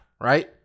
right